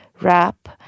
wrap